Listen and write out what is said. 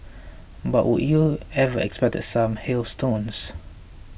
but would you ever expect some hailstones